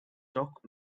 dock